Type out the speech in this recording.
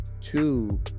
two